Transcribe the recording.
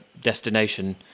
destination